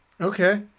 okay